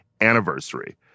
anniversary